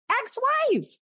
ex-wife